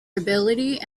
ability